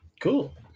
cool